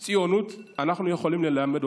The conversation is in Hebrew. ציונות אנחנו יכולים ללמד אותך,